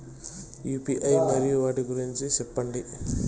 UPI మరియు వాటి గురించి సెప్పండి?